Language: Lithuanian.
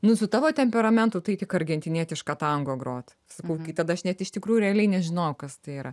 nu su tavo temperamentu tai tik argentinietišką tango grot sakau tai tada aš net iš tikrųjų realiai nežinojau kas tai yra